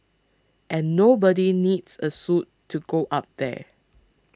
and nobody needs a suit to go up there